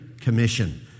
commission